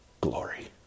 glory